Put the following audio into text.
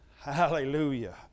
Hallelujah